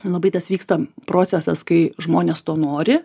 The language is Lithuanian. labai tas vyksta procesas kai žmonės to nori